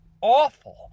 awful